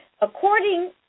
According